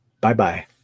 Bye-bye